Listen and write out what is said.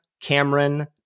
Cameron